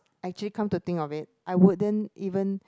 actually come to think of it I wouldn't even